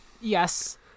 yes